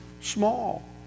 small